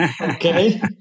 Okay